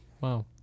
Wow